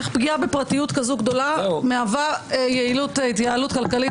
גדול עליי להבין איך פגיעה בפרטיות כזו גדולה מהווה התייעלות כלכלית?